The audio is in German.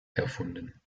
erfunden